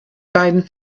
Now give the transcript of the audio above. beiden